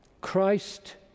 Christ